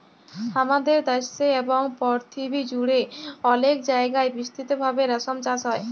হামাদের দ্যাশে এবং পরথিবী জুড়ে অলেক জায়গায় বিস্তৃত ভাবে রেশম চাস হ্যয়